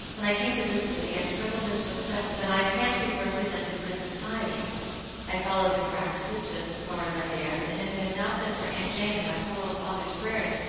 when i came to this city i struggled into a set that i fancied represented good society i followed their practices just as far as i dared, and if it had not been for aunt jane and my poor old father's prayers,